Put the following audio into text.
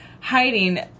hiding